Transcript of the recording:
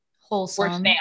Wholesome